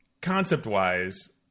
Concept-wise